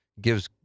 gives